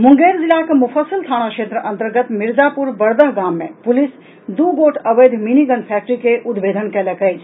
मुंगेर जिलाक मुफरिसल थाना क्षेत्र अंतर्गत मिर्जापुर बरदह गाम मे पुलिस दू गोट अवैध मिनीगन फैक्ट्री के उद्भेदन कयलक अछि